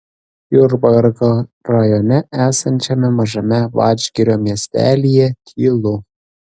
jurbarko rajone esančiame mažame vadžgirio miestelyje tylu